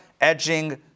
edging